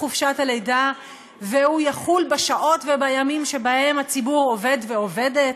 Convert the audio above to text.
חופשת הלידה והוא יחול בשעות ובימים שבהם הציבור עובד ועובדת,